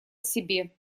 себе